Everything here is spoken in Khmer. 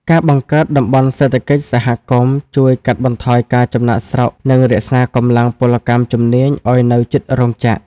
ការបង្កើតតំបន់សេដ្ឋកិច្ចសហគមន៍ ជួយកាត់បន្ថយការចំណាកស្រុក និងរក្សាកម្លាំងពលកម្មជំនាញឱ្យនៅជិតរោងចក្រ។